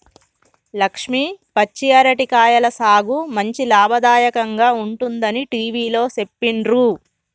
లక్ష్మి పచ్చి అరటి కాయల సాగు మంచి లాభదాయకంగా ఉంటుందని టివిలో సెప్పిండ్రు